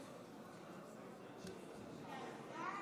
אם כן,